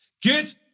Get